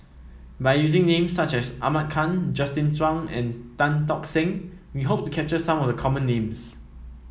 by using names such as Ahmad Khan Justin Zhuang and Tan Tock Seng we hope to capture some of the common names